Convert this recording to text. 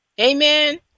Amen